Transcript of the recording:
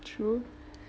true